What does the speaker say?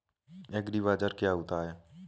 एग्रीबाजार क्या होता है?